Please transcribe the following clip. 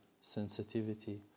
sensitivity